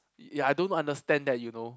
ya I don't understand that you know